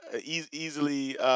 easily